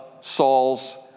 Saul's